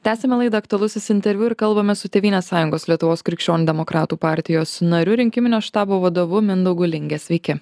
tęsiame laidą aktualusis interviu ir kalbamės su tėvynės sąjungos lietuvos krikščionių demokratų partijos nariu rinkiminio štabo vadovu mindaugu linge sveiki